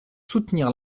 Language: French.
soutenir